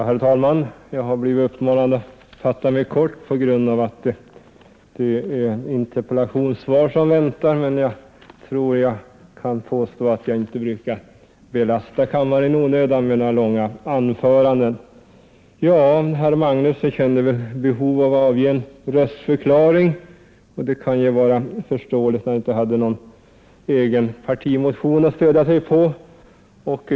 Herr talman! Jag har blivit uppmanad att fatta mig kort på grund av att det är interpellationssvar som väntar. Men jag tror att jag kan påstå att jag inte brukar belasta kammaren i onödan med långa anföranden. Herr Magnusson i Kristinehamn kände väl behov av att avge en röstförklaring. Det kan vara förståeligt när han inte hade någon egen partimotion att stödja sig på.